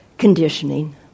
conditioning